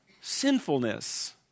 Sinfulness